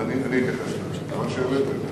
אתייחס לזה כשאעלה.